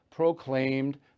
Proclaimed